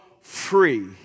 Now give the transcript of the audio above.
free